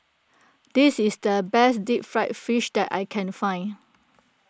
this is the best Deep Fried Fish that I can find